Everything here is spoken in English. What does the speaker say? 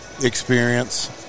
experience